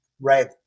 Right